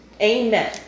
Amen